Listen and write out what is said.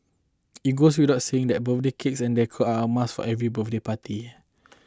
it goes without saying that birthday cakes and decor are a must for every birthday party